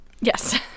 Yes